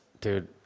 dude